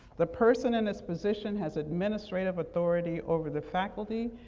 the person in this position has administrative authority over the faculty,